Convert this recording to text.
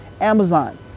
Amazon